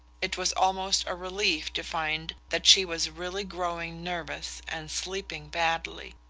it was almost a relief to find that she was really growing nervous and sleeping badly.